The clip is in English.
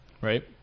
right